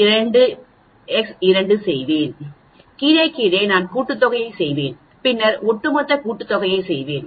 கீழே கீழே கீழே நான் கூட்டுத்தொகையைச் செய்வேன் பின்னர் ஒட்டுமொத்த கூட்டுத்தொகையைச் செய்வேன்